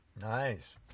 Nice